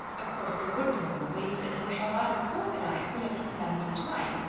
of course they wouldn't have been wasted, for charlotta the fourth and i could have eaten them through time.